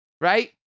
Right